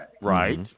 Right